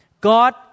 God